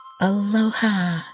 Aloha